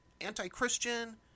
anti-Christian